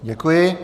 Děkuji.